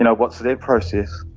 and what's their process?